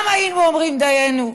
גם היינו אומרים: דיינו,